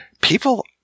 people